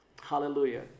hallelujah